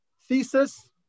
thesis